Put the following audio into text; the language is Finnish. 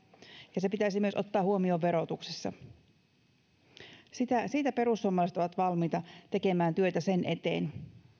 ja se pitäisi myös ottaa huomioon verotuksessa perussuomalaiset ovat valmiita tekemään työtä sen eteen